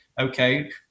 okay